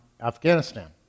Afghanistan